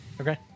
Okay